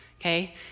Okay